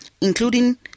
including